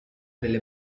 delle